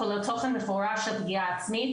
כולל תוכן מפורש על פגיעה עצמית,